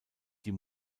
die